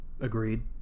Agreed